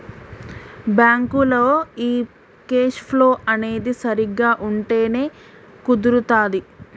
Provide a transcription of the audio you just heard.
బ్యాంకులో ఈ cash flow అనేది సరిగ్గా ఉంటేనే కుదురుతాది